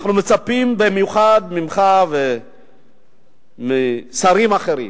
אנחנו מצפים במיוחד ממך ומשרים אחרים